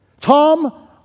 Tom